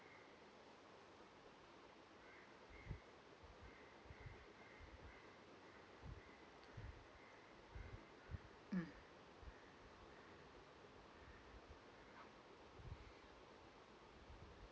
mm